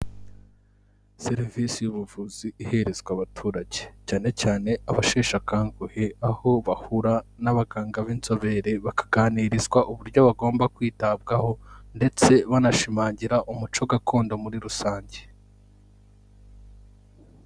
Serivisi y'ubuvuzi iherezwa abaturage, cyane cyane abasheshe akanguhe aho bahura n'abaganga b'inzobere bakaganirizwa uburyo bagomba kwitabwaho ndetse banashimangira umuco gakondo muri rusange.